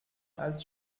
als